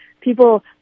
people